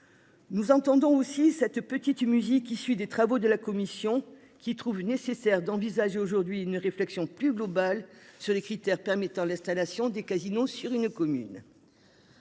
Nous entendons aussi cette petite musique issue des travaux de la commission qui trouve nécessaire d'envisager aujourd'hui une réflexion plus globale sur les critères permettant l'installation des casinos sur une commune.